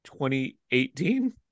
2018